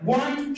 one